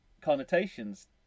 connotations